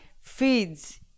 feeds